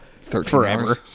forever